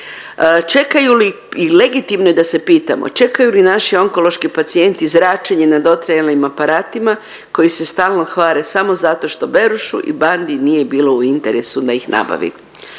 Čekaju li i legitimno je da se pitamo, čekaju li naši onkološki pacijenti zračenje na dotrajalim aparatima koji se stalno kvare samo zato što Berošu i bandi nije bilo u interesu da ih nabavi?